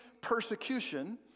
persecution